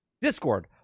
Discord